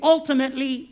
Ultimately